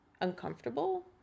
uncomfortable